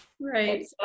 right